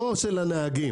לא של הנהגים.